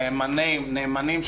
נאמנים,